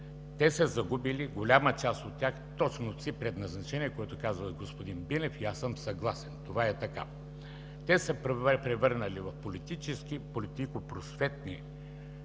тях са загубили точното си предназначение, което казва господин Бинев, и аз съм съгласен – това е така. Те са се превърнали в политически, политико-просветни